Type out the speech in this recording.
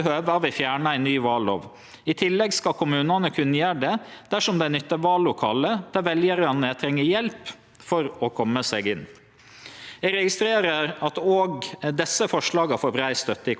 Eg registrerer at også desse forslaga får brei støtte i komiteen. Enkelte parti ønskjer å gå endå lenger og meiner at det ikkje bør vere mogleg å gjere unntak frå kravet om at alle skal kome seg inn i vallokala utan hjelp.